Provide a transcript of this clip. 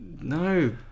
No